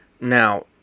now